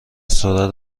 سرعت